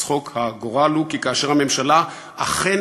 צחוק הגורל הוא כי כאשר הממשלה אכן